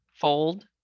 fold